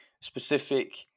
specific